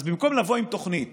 אז במקום לבוא עם תוכנית